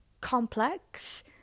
complex